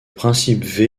principe